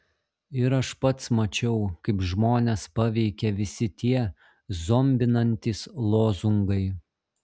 ir aš pats mačiau kaip žmones paveikia visi tie zombinantys lozungai